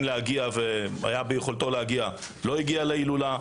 להגיע והיה ביכולתו להגיע לא הגיע להילולה.